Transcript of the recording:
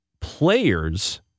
players